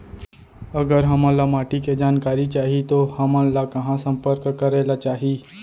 अगर हमन ला माटी के जानकारी चाही तो हमन ला कहाँ संपर्क करे ला चाही?